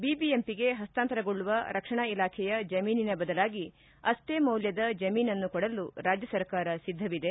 ಬಿಬಿಎಂಪಿಗೆ ಹಸ್ತಾಂತರಗೊಳ್ಳುವ ರಕ್ಷಣಾ ಇಲಾಖೆಯ ಜಮೀನಿನ ಬದಲಾಗಿ ಅಷ್ಟೇ ಮೌಲ್ಯದ ಜಮೀನನ್ನು ಕೊಡಲು ರಾಜ್ಯ ಸರ್ಕಾರ ಸಿದ್ದವಿದೆ